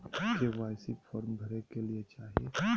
KYC form भरे ले कि चाही?